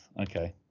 Okay